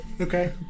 Okay